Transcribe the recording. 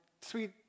sweet